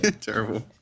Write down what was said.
Terrible